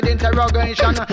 Interrogation